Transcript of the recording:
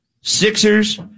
Sixers